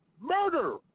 murder